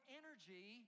energy